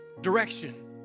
direction